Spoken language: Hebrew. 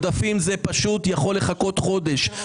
זה פשוט יכול לחכות חודש.